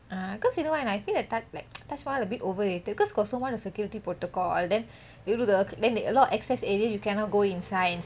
ah because you know why or not because I think like taj mahal a bit overrated because got so much of security protocol then you do the then a lot of the access area you cannot go inside